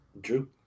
Drew